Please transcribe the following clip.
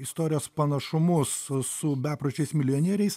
istorijos panašumus su bepročiais milijonieriais